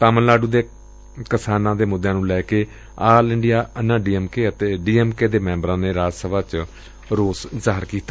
ਤਾਮਿਲਨਾਡੁ ਦੇ ਕਿਸਾਨਾਂ ਦੇ ਮੁੱਦਿਆਂ ਨੂੰ ਲੈ ਕੇ all India Anna D M K ਅਤੇ ਡੀ ਐਮ ਕੇ ਦੇ ਮੈਂਬਰਾਂ ਨੇ ਰਾਜ ਸਭਾ ਚ ਰੋਸ ਪੁਗਟ ਕੀਤਾ